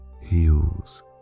heals